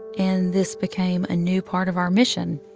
and this became a new part of our mission.